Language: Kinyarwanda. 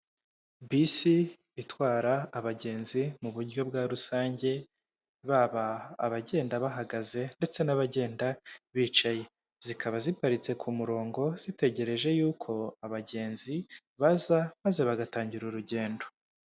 Bisi itwara abagenzi mu buryo bwa rusange baba abagenda bahagaze ndetse n'abagenda bicaye, zikaba ziparitse ku murongo zitegereje yuko abagenzi baza maze bagatangira urugendo.